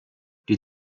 die